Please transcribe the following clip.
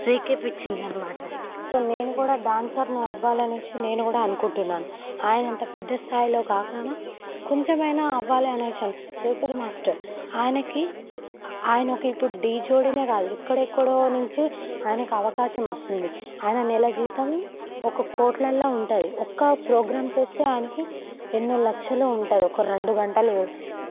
రేకెపించింది అనమాట సో నేను కూడా డాన్సర్ని అవ్వాలి అనేసి నేను కూడా అనుకుంటున్నాను ఆయన అంత పెద్ద స్థాయిలో కాకుండా కొంచెమైనా అవ్వాలి అనేసి శేఖర్ మాస్టర్ ఆయనకి ఆయన ఇప్పుడు దీ జోడినే కాదు ఎక్కడెక్కడో నుంచి ఆయనకు అవకాశం వస్తుంది ఆయన నెల జీతం ఒక కోట్లల్లో ఉంటాయి ఒక్క ప్రోగ్రాం చేస్తే ఆయనకి ఎన్నో లక్షలు ఉంటుంది ఒక రెండు గంటలు